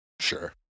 sure